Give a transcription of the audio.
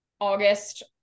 August